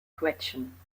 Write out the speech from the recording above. quetschen